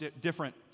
different